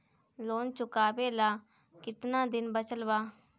Loan चुकावे ला कितना दिन बचल बा?